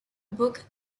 book